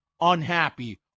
unhappy